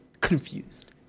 Confused